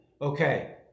Okay